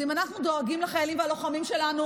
אם אנחנו דואגים לחיילים והלוחמים שלנו,